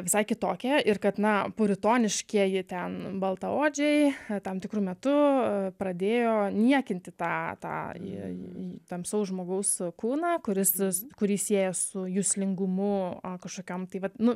visai kitokie ir kad na puritoniškieji ten baltaodžiai tam tikru metu pradėjo niekinti tą tą į tamsaus žmogaus kūną kuris kurį sieja su juslingumu o kažkokiom tai vat nu